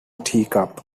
teacup